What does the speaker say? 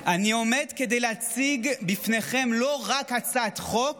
אני עומד כדי להציג בפניכם לא רק הצעת חוק